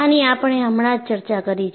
આની આપણે હમણાં જ ચર્ચા કરી છે